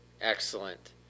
Excellent